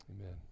Amen